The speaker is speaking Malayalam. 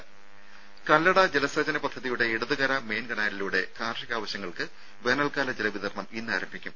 രുര കല്ലട ജലസേചന പദ്ധതിയുടെ ഇടതുകര മെയിൻ കനാലിലൂടെ കാർഷിക ആവശ്യങ്ങൾക്ക് വേനൽകാല ജല വിതരണം ഇന്ന് ആരംഭിക്കും